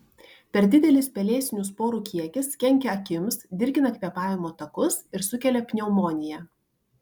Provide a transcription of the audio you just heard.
per didelis pelėsinių sporų kiekis kenkia akims dirgina kvėpavimo takus ir sukelia pneumoniją